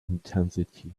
intensity